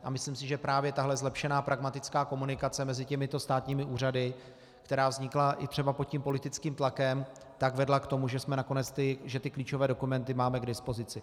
A myslím si, že právě tahle zlepšená pragmatická komunikace mezi těmito státními úřady, která vznikla i třeba pod politickým tlakem, vedla k tomu, že nakonec ty klíčové dokumenty máme k dispozici.